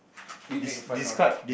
we make fun of the